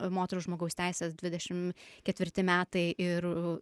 moterų žmogaus teisės dvidešim ketvirti metai ir